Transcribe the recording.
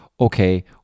okay